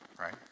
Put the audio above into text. right